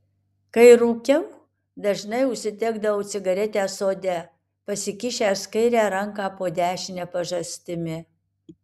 kai rūkiau dažnai užsidegdavau cigaretę sode pasikišęs kairę ranką po dešine pažastimi